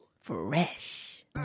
Fresh